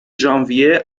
ژانویه